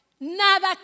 Nada